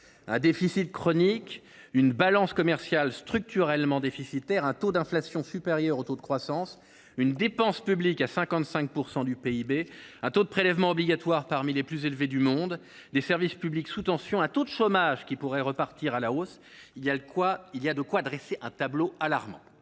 un déficit chronique, une balance commerciale structurellement déficitaire, un taux d’inflation supérieur au taux de croissance, une dépense publique représentant 55 % du PIB, un taux de prélèvements obligatoires parmi les plus élevés du monde, des services publics sous tension, un taux de chômage qui pourrait repartir à la hausse, il y a de quoi dresser un tableau alarmant.